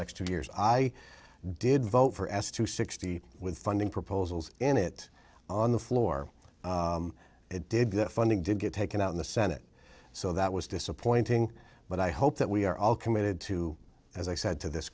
next two years i did vote for s to sixty with funding proposals in it on the floor it did get funding did get taken out in the senate so that was disappointing but i hope that we are all committed to as i said to this